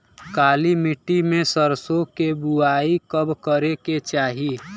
काली मिट्टी में सरसों के बुआई कब करे के चाही?